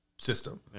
system